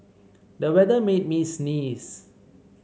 the weather made me sneeze